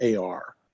AR